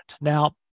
Now